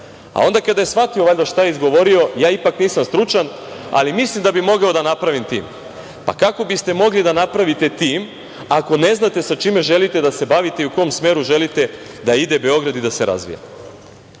a onda kada je shvatio šta je izgovorio: „Ja ipak nisam stručan, ali mislim da bih mogao da napravim tim“? Pa kako biste mogli da napravite tim, ako ne znate čime želite da se bavite i u kom smeru želite da ide Beograd i da se razvija? Ne